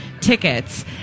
Tickets